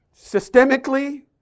Systemically